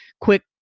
quick